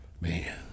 Man